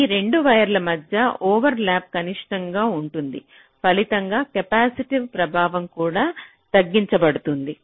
ఈ 2 వైర్ల మధ్య ఓవర్లాప్ కనిష్టంగా ఉంటుంది ఫలితంగా కెపాసిటివ్ ప్రభావం కూడా తగ్గించబడుతుంది